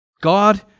God